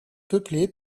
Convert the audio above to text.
peuplée